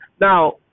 now